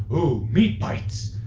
ooh meat bites